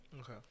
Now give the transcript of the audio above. Okay